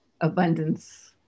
abundance